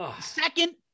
Second